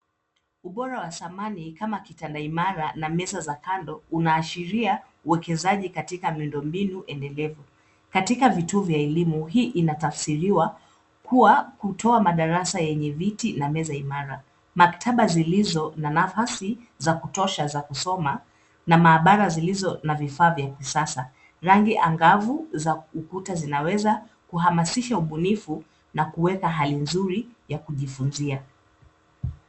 Ubora wa samani kama kitanda imara, na meza za kando unaashiria uwekezaji katika miundombinu endelevu. Katika vituo vya elimu, hii inatafsiriwa kuwa, kutoa madarasa yenye viti na meza imara. Maktaba zilizo na nafasi za kutosha za kusoma na maabara zilizo na vifaa vya kisasa. Rangi angavu za ukuta zinaweza kuhamasisha ubunifu na kuweka hali nzuri ya kujifunzia.